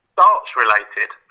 darts-related